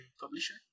publisher